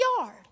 yard